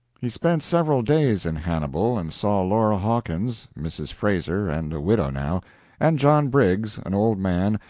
he spent several days in hannibal and saw laura hawkins mrs. frazer, and a widow now and john briggs, an old man,